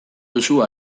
duzu